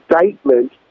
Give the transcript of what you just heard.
indictment